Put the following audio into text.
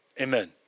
Amen